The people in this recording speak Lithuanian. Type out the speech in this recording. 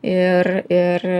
ir ir